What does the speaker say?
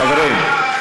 חברים.